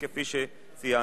כפי שציינתי.